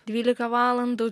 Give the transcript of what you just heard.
dvylika valandų